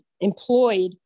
employed